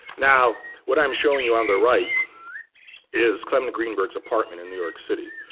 now what i'm showing you on the right is clement greenberg's apartment in new york city,